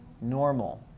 normal